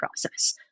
process